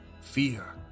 Fear